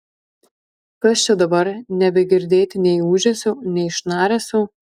kas čia dabar nebegirdėti nei ūžesio nei šnaresio